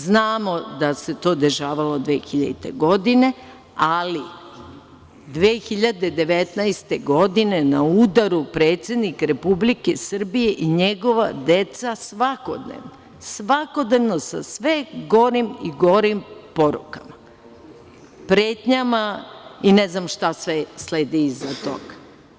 Znamo da se to dešavalo 2000. godine, ali 2019. godine na udaru predsednik Republike Srbije i njegova deca, svakodnevno, svakodnevno, sa sve gorim i gorim porukama, pretnjama i ne znam šta sve sledi iza toga.